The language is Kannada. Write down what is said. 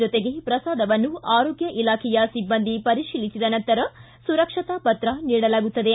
ಜತೆಗೆ ಪ್ರಸಾದವನ್ನು ಆರೋಗ್ಯ ಇಲಾಖೆಯ ಸಿಬ್ಬಂದಿ ಪರಿಶೀಲಿಸಿದ ನಂತರ ಸುರಕ್ಷತಾ ಪತ್ರ ನೀಡಲಾಗುತ್ತದೆ